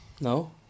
No